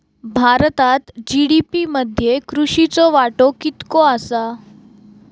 भारतात जी.डी.पी मध्ये कृषीचो वाटो कितको आसा?